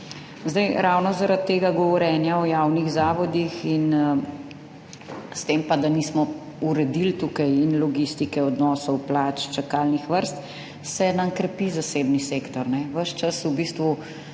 Zdaj, ravno zaradi tega govorjenja o javnih zavodih in s tem pa, da nismo uredili tukaj in logistike odnosov, plač, čakalnih vrst, se nam krepi zasebni sektor. Ves čas v bistvu